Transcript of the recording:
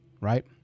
right